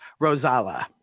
Rosala